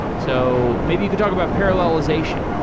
so maybe you could talk about parallelization.